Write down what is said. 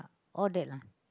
all that lah